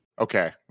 okay